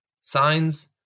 Signs